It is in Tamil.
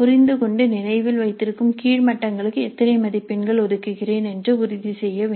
புரிந்துகொண்டு நினைவில் வைத்திருக்கும் கீழ் மட்டங்களுக்கு எத்தனை மதிப்பெண்களை ஒதுக்குகிறேன் என்று உறுதிசெய்ய வேண்டும்